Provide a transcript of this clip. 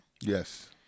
Yes